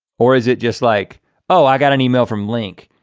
or is it just like oh, i got an email from link.